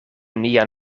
nia